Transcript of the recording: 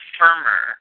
firmer